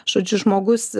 žodžiu žmogus